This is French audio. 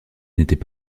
n’était